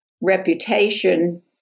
reputation